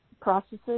processes